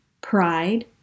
pride